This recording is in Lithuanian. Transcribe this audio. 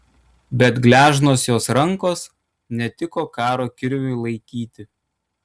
bet gležnos jos rankos netiko karo kirviui laikyti